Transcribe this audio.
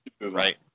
Right